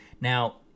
now